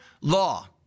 law